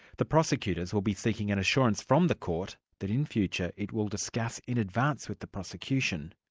the prosecutors will be seeking an assurance from the court that in future it will discuss in advance, with the prosecution,